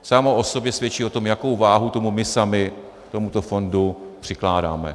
Samo o sobě to svědčí o tom, jakou váhu tomu my sami k tomuto fondu přikládáme.